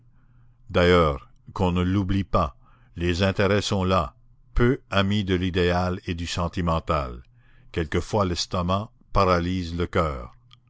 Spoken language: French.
d'ailleurs qu'on ne l'oublie pas les intérêts sont là peu amis de l'idéal et du sentimental quelquefois l'estomac paralyse le coeur